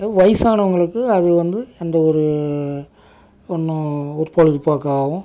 இதே வயசானவங்களுக்கு அது வந்து எந்த ஒரு ஒன்றும் ஒரு பொழுது போக்காகவும்